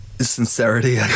sincerity